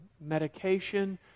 medication